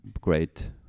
great